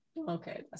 okay